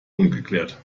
ungeklärt